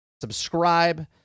subscribe